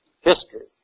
history